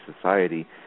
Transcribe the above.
society